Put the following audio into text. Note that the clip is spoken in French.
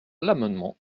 l’amendement